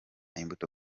imbuto